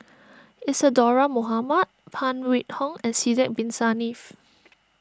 Isadhora Mohamed Phan Wait Hong and Sidek Bin Saniff